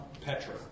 Petra